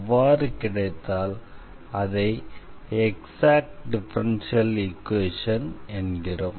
அவ்வாறு கிடைத்தால் அதை எக்ஸாக்ட் டிஃபரன்ஷியல் ஈக்வேஷன் என்கிறோம்